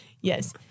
Yes